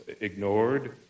ignored